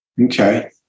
Okay